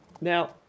Now